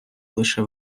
лише